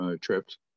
trips